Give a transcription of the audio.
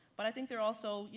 but i think they're also, you